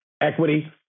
equity